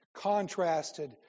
Contrasted